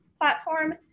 platform